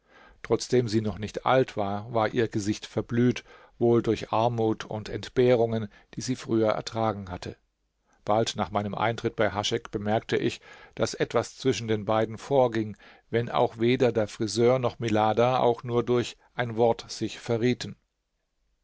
trotzdem sie noch nicht alt war war ihr gesicht verblüht wohl durch armut und entbehrungen die sie früher ertragen hatte bald nach meinem eintritt bei haschek bemerkte ich daß etwas zwischen den beiden vorging wenn auch weder der friseur noch milada auch nur durch ein wort sich verrieten